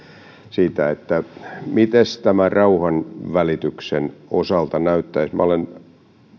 siitä miltä tämä rauhanvälityksen osalta näyttäisi minä olen